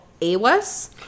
Awas